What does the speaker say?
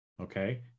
okay